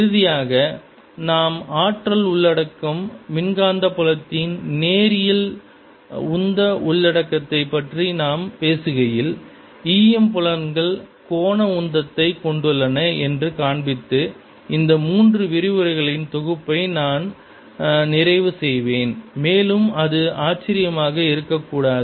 இறுதியாக நாம் ஆற்றல் உள்ளடக்கம் மின்காந்தபுலத்தின் நேரியல் உந்த உள்ளடக்கத்தை பற்றி நாம் பேசுகையில் E M புலன்கள் கோண உந்தத்தை கொண்டுள்ளன என்று காண்பித்து இந்த மூன்று விரிவுரைகளின் தொகுப்பை நான் நிறைவு செய்வேன் மேலும் அது ஆச்சரியமாக இருக்கக்கூடாது